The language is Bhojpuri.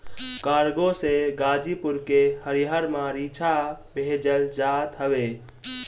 कार्गो से गाजीपुर के हरिहर मारीचा भेजल जात हवे